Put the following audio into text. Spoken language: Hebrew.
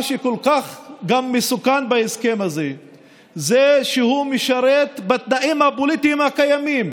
מה שכל כך מסוכן בהסכם הזה זה שהוא משרת בתנאים הפוליטיים הקיימים